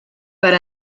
per